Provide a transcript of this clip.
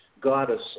goddess